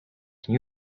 can